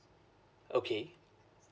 okay